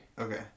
Okay